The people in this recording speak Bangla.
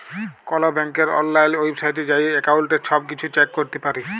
কল ব্যাংকের অললাইল ওয়েবসাইটে যাঁয়ে এক্কাউল্টের ছব কিছু চ্যাক ক্যরতে পারি